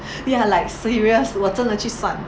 ya like serious 我真的去算